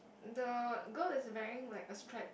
the girl is wearing like a striped